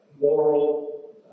moral